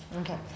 Okay